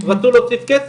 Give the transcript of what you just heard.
רצו להוסיף כסף,